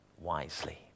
wisely